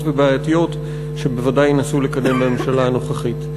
ובעייתיות שבוודאי ינסו לקדם בממשלה הנוכחית.